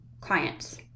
clients